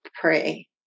pray